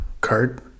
card